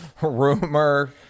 rumor